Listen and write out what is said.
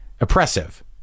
oppressive